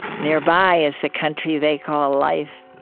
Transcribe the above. nearby is the country they call life.